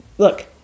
Look